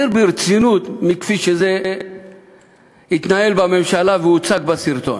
ברצינות מכפי שזה התנהל בממשלה והוצג בסרטון.